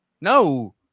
no